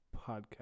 podcast